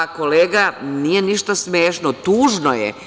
Kolega, nije ništa smešno, tužno je.